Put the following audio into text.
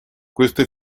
queste